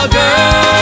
girl